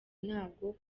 ntabwo